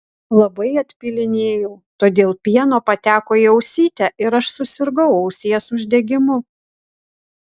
labai atpylinėjau todėl pieno pateko į ausytę ir aš susirgau ausies uždegimu